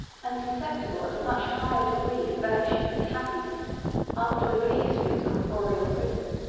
and susceptible of a much higher degree of virtue and happiness after the release from its corporeal prison.